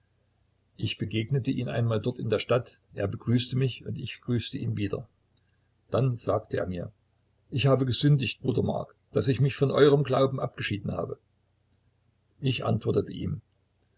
ich begegnete ihm einmal dort in der stadt er begrüßte mich und ich grüßte ihn wieder dann sagte er mir ich habe gesündigt bruder mark daß ich mich von eurem glauben abgeschieden habe ich antwortete ihm